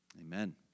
Amen